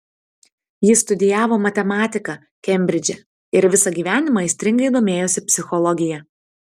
jis studijavo matematiką kembridže ir visą gyvenimą aistringai domėjosi psichologija